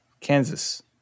Kansas